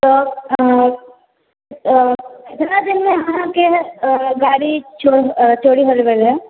तब अऽ अऽ कितना दिनमे अहाँकेॅं अऽ गाड़ी चो अऽ चोरी हो गेल रहय